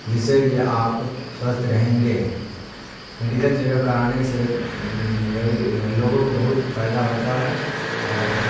جس سے کہ آپ سوستھ رہیں گے میڈیکل چیک اپ اپ کرانے سے لوگوں کو بہت فائدہ ہوتا ہے اور